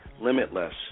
limitless